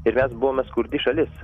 ir mes buvome skurdi šalis